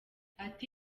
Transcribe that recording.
ati